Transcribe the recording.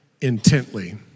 intently